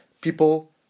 people